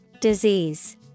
Disease